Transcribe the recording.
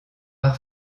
par